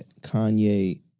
Kanye